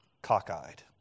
Cockeyed